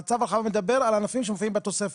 צו ההרחבה מדבר על ענפים שמופיעים בתוספת.